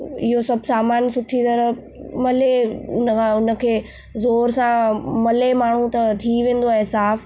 इहो सभु सामान सुठी तरह मले हुन खां हुनखे ज़ोर सां मले माण्हू त थी वेंदो आहे साफ़ु